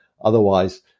Otherwise